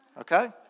Okay